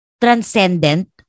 transcendent